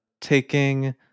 taking